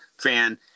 fan